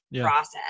process